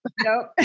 nope